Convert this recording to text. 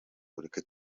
ureke